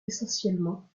essentiellement